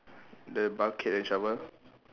the bucket and shovel